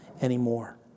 anymore